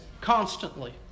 constantly